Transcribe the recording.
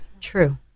True